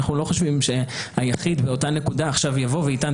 אנחנו לא חושבים שהיחיד באות הנקודה עכשיו יבוא ויטען